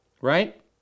right